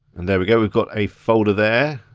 and there we go, we've got a folder there.